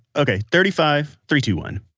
okay. thirty five. three, two, one